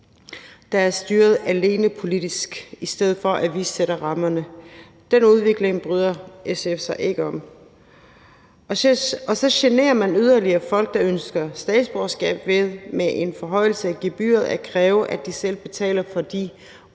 alene er styret politisk, i stedet for at vi sætter rammerne. Den udvikling bryder SF sig ikke om. Man generer så yderligere folk, der ønsker statsborgerskab, ved med en forhøjelse af gebyret at kræve, at de selv betaler for de